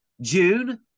June